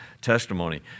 testimony